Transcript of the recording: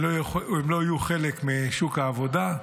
הם לא יהיו חלק משוק העבודה,